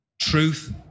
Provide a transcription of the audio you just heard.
Truth